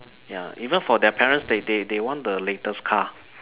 ya even for their parents they they they want the latest car